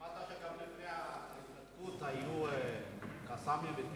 שמעת שגם לפני ההתנתקות היו "קסאמים" וטילים?